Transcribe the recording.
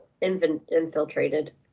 infiltrated